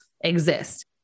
exist